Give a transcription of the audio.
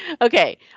Okay